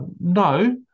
no